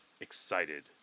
excited